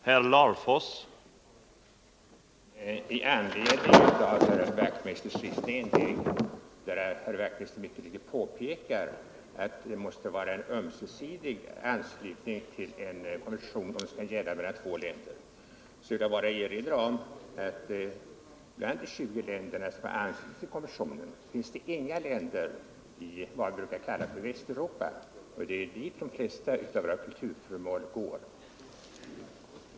Herr talman! I anledning av det sista inlägget av herr Wachtmeister i Johannishus, där han mycket riktigt påpekade att det måste vara en ömsesidig anslutning till en konvention om den skall gälla mellan två länder, vill jag bara erinra om att av de 20 länder som anslutit sig till konventionen hör inga till vad vi brukar kalla Västeuropa, och det är dit de flesta av våra kulturföremål går när de föres ut ur Sverige.